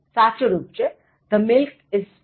સાચું રુપ છે The milk is sour